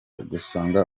usanga